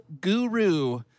guru